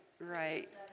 right